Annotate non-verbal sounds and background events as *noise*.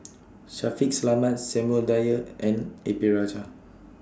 *noise* Shaffiq Selamat Samuel Dyer and A P Rajah